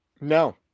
No